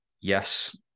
yes